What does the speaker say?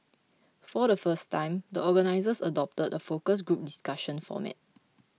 for the first time the organisers adopted a focus group discussion format